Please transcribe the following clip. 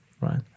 right